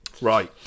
Right